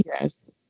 Yes